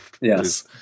Yes